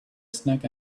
snack